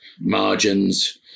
margins